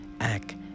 act